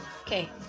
okay